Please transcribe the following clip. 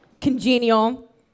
congenial